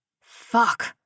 Fuck